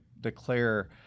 declare